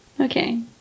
Okay